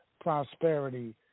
prosperity